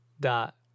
dot